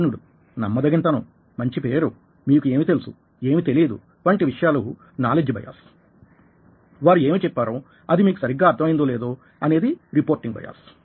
నిపుణుడు నమ్మదగిన తనంమంచి పేరు మీకు ఏమి తెలుసు ఏమి తెలియదు వంటి విషయాలు నాలెడ్జ్ బయాస్ వారు ఏమి చెప్పారో అది మీకు సరిగ్గా అర్థం అయిందో లేదో అనేది రిపోర్టింగ్ బయాస్